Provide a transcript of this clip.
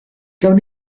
gawn